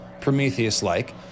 Prometheus-like